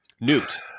Newt